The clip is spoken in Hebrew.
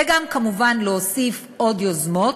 וגם כמובן להוסיף עוד יוזמות,